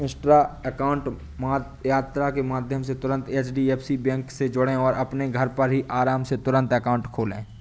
Insta account यात्रा के माध्यम से तुरंत एच.डी.एफ.सी बैंक से जुड़ें और अपने घर पर ही आराम से तुरंत अकाउंट खोले